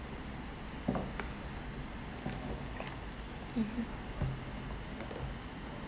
mmhmm